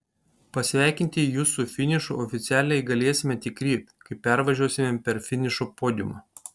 pasveikinti jus su finišu oficialiai galėsime tik ryt kai pervažiuosime per finišo podiumą